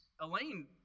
Elaine